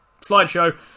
slideshow